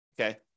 Okay